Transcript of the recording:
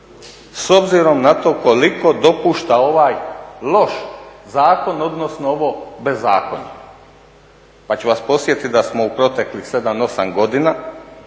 s obzirom na to koliko dopušta ovaj loš zakon odnosno ovo bezakonje. Pa ću vas podsjetiti da smo u proteklih 7, 8 godina